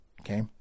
Okay